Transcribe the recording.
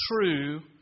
true